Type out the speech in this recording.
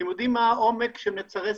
יודעים מה העומק שלהם?